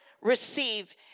receive